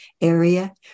area